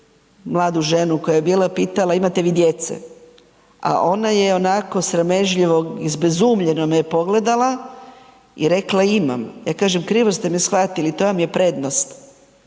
mladu ženu koja je bila pitala, imate vi djece, a ona je onako sramežljivo, izbezumljeno me je pogledala i rekla imam. Ja kažem krivo ste me shvatili, to vam je prednost,